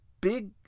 Big